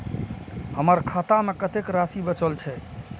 हमर खाता में कतेक राशि बचल छे?